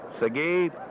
Segui